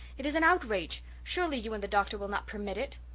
it is an outrage. surely you and the doctor will not permit it.